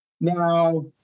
Now